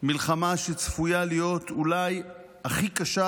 מלחמה שצפויה להיות אולי הכי קשה